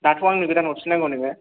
दाथ' आंनो गोदान हरफिन्नांगौ नोङो